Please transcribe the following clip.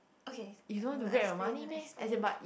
okay explain explain